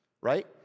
right